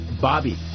Bobby